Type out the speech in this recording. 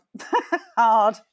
Hard